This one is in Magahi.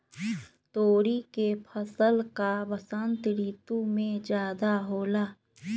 तोरी के फसल का बसंत ऋतु में ज्यादा होला?